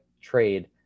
trade